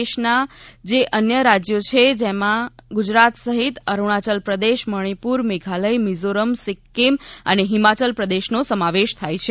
દેશના જે અન્ય રાજ્યો છે જેમાં ગુજરાત સહિત અરૂણાચલ પ્રદેશ મણિપુર મેઘાલય મીઝોરમ સિક્કીમ અને હિમાચલ પ્રદેશનો સમાવેશ થાય છે